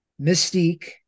Mystique